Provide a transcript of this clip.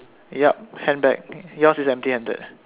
yup handbag yours is empty handed ah